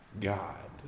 God